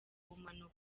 bumanuko